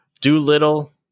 Doolittle